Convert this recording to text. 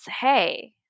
hey